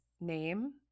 Name